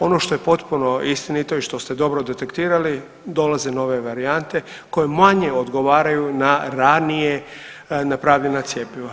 Ono što je potpuno istinito i što ste dobro detektirali, dolaze nova varijante koje manje odgovaraju na ranije napravljena cjepiva.